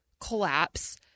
collapse